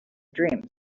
dreams